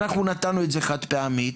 אנחנו נתנו את זה חד פעמית,